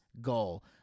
goal